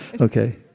Okay